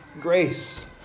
grace